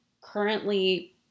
currently